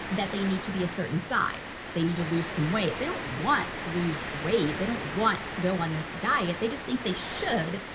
that they need to be a certain size, they need to lose some weight. they don't want to lose weight, they don't want to go on this diet, they just think they should,